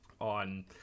on